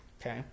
Okay